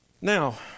Now